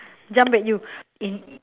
jump at you in